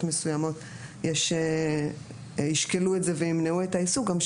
מסוימות ישקלו את זה ויימנעו את העיסוק זה